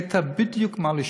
הונחית בדיוק מה לשאול.